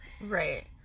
right